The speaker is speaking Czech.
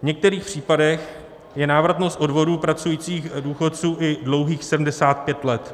V některých případech je návratnost odvodů pracujících důchodců i dlouhých 75 let.